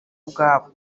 ubwabo